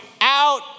out